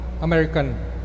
American